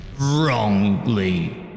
wrongly